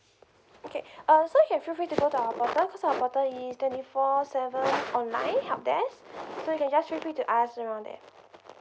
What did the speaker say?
okay uh so you can feel free to go to our portal cause our portal is twenty four seven online helpdesk so you can just feel free to ask around there